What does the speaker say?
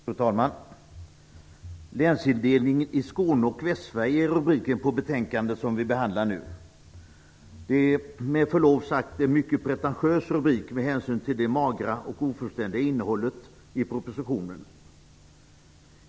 Fru talman! "Länsindelningen i Skåne och Västsverige m.m." är rubriken på det betänkande som vi nu behandlar. Det är med förlov sagt en mycket pretentiös rubrik med hänsyn till det magra och ofullständiga innehållet i propositionen.